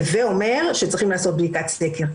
הווה אומר שצריך לעשות בדיקת סקר.